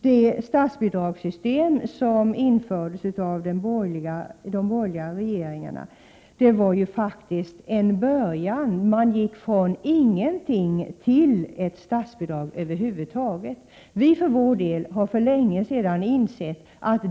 Det statsbidragssystem som de borgerliga regeringarna införde var bara en början. Statsbidraget infördes från ett nolläge, där över huvud taget inga statsbidrag utbetalades. Vi har för vår del för länge sedan insett att